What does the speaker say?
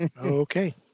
Okay